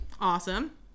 Awesome